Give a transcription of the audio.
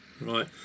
Right